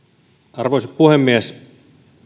arvoisa puhemies